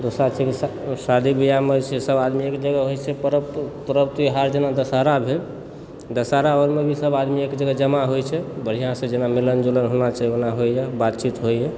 दोसरा छै कि शादी विवाहमे जे छै सभ आदमी एक जगह होइ छै पर्व त्यौहार जेना दशहरा भेल दशहरामे भी सभ आदमी एक जगह जमा होइ छै बढ़िआँसे जेना मिलन जुलन होना चाही ओना होइए बातचीत होइए